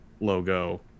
logo